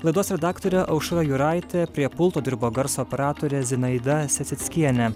laidos redaktorė aušra juraitė prie pulto dirbo garso operatorė zinaida sesickienė